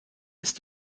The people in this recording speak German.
ist